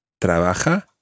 Trabaja